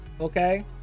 Okay